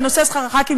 בנושא שכר חברי הכנסת,